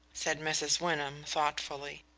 said mrs. wyndham, thoughtfully.